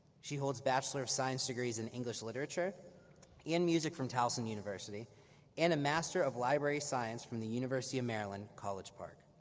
she holds bachelor of science degrees in english literature and music from towson university and a master of library science from the university of maryland college park.